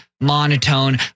monotone